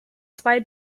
zwei